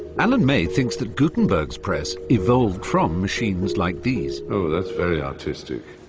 alan may thinks that gutenberg's press evolved from machines like these. oh, that's very artistic.